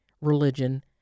religion